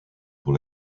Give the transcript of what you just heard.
pour